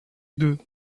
deux